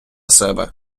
себе